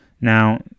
Now